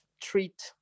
treat